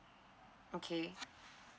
okay